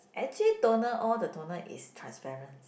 actually toner all the toner is transparent